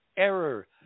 Error